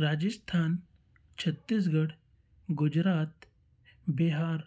Rajasthan Chhattisgarh Gujarat Bihar